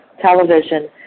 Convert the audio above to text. television